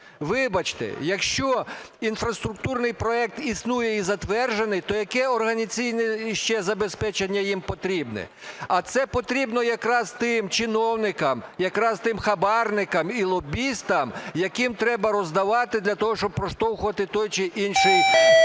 Вибачте, якщо інфраструктурний проект існує і затверджений, то яке організаційне ще забезпечення їм потрібне? А це потрібно якраз тим чиновникам, якраз тим хабарникам і лобістам, яким треба роздавати для того, щоб проштовхувати той чи інший